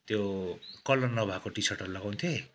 त्यो कल्लर नभएको टिसर्टहरू लगाउँथेँ